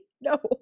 No